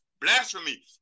blasphemy